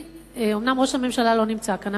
אומנם ראש הממשלה לא נמצא כאן,